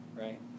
right